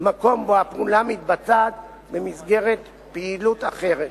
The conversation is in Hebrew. מקום בו הפעולה מתבצעת במסגרת פעילות אחרת.